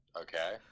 Okay